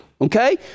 okay